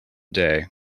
day